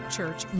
Church